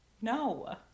no